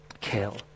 Kill